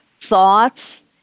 thoughts